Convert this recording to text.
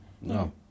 no